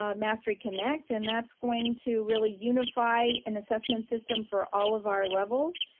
ah masteryconnect, and that's going to really unify an assessment system for all of our levels.